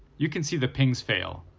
you can see the pings fail.